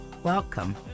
Welcome